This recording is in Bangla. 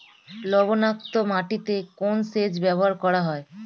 লবণাক্ত মাটিতে কোন সেচ ব্যবহার করা হয়?